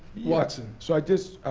watson. so i just,